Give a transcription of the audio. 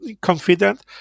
confident